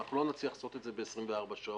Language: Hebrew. ואנחנו לא נצליח לעשות את זה ב-24 שעות,